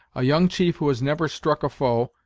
a young chief who has never struck a foe,